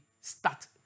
start